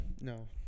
No